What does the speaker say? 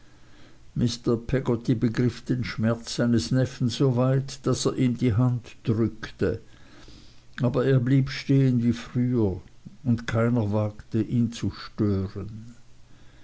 mr peggotty begriff den schmerz seines neffen so weit daß er ihm die hand drückte aber er blieb stehen wie früher und keiner wagte ihn zu stören